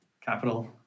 capital